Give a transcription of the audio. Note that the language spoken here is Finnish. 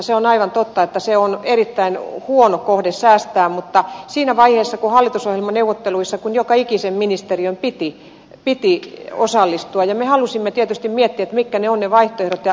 se on aivan totta että se on erittäin huono kohde säästää mutta siinä vaiheessa kun hallitusohjelmaneuvotteluissa joka ikisen ministeriön piti osallistua me halusimme tietysti miettiä mitkä ne ovat ne vaihtoehdot ja lääkekorvauskustannukset ja sitten nämä matkakorvauskustannukset otettiin